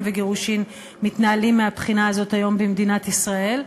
וגירושין מתנהלים מהבחינה הזאת היום במדינת ישראל,